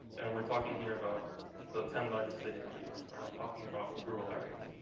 and we're talking here about the ten largest cities in the us. we're not talking about rural areas.